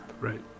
Right